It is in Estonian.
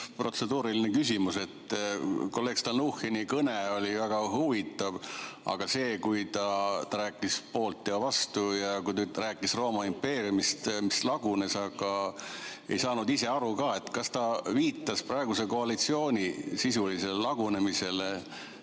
protseduuriline küsimus. Kolleeg Stalnuhhini kõne oli väga huvitav, aga kui ta rääkis poolt ja vastu ja kui ta rääkis Rooma impeeriumist, mis lagunes, siis ei saanud aru, kas ta viitas viisakalt praeguse koalitsiooni sisulisele lagunemisele,